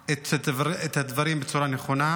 את הדברים בצורה הנכונה.